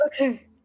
Okay